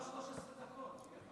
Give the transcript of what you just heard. רק 13 דקות?